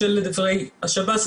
כשלדברי השב"ס,